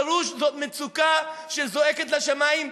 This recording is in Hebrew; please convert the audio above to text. גרוש זאת מצוקה שזועקת לשמים,